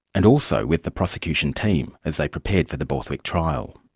and also with the prosecution team as they prepared for the borthwick trial.